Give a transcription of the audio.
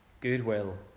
goodwill